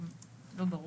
לא ברור.